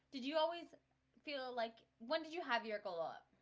did you always feel like when did you have your goal up?